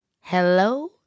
hello